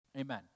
Amen